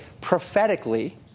prophetically